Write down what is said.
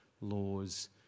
laws